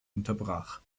unterbrach